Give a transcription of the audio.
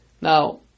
Now